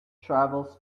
travels